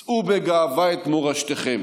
שאו בגאווה את מורשתכם,